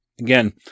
Again